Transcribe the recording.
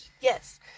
Yes